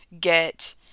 get